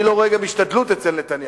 אני לא רואה גם השתדלות אצל נתניהו.